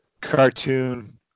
cartoon